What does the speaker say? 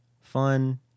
fun